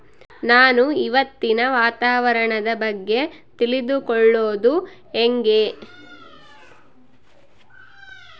ನಾನು ಇವತ್ತಿನ ವಾತಾವರಣದ ಬಗ್ಗೆ ತಿಳಿದುಕೊಳ್ಳೋದು ಹೆಂಗೆ?